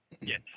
Yes